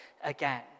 again